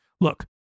Look